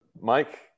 Mike